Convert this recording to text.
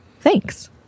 Thanks